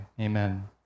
amen